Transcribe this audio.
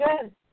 good